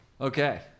Okay